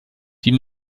die